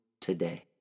today